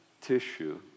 tissue